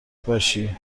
باشی